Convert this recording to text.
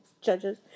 judges